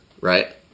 right